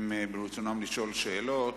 אם ברצונם לשאול שאלות,